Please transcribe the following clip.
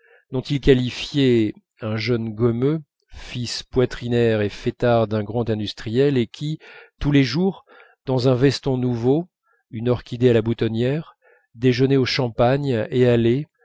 dont ils qualifiaient un jeune gommeux fils poitrinaire et fêtard d'un grand industriel et qui tous les jours dans un veston nouveau une orchidée à la boutonnière déjeunait au champagne et allait